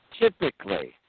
Typically